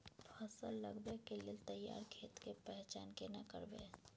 फसल लगबै के लेल तैयार खेत के पहचान केना करबै?